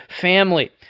family